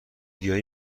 گیاهی